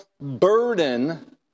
burden